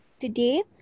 Today